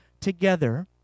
together